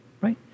right